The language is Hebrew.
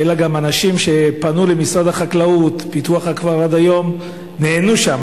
אלא גם אנשים שפנו למשרד החקלאות ופיתוח הכפר נענו שם,